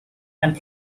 and